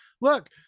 look